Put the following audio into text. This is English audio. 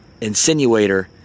insinuator